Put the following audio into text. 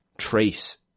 trace